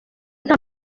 nta